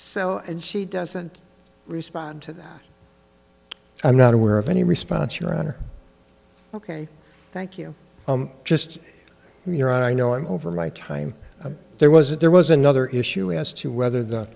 so and she doesn't respond to that i'm not aware of any response your honor ok thank you i'm just here i know and over my time there was it there was another issue as to whether the